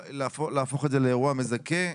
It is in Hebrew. להפוך את זה לאירוע מזכה.